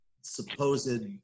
supposed